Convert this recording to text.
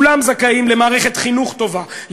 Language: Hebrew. כולם זכאים למערכת חינוך טובה,